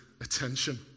attention